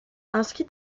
inscrite